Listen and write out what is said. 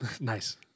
Nice